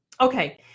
okay